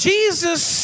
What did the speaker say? Jesus